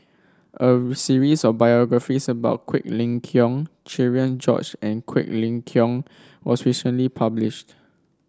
a series of biographies about Quek Ling Kiong Cherian George and Quek Ling Kiong was recently published